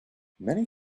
many